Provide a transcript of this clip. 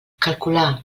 calcular